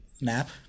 nap